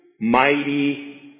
mighty